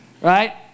right